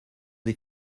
des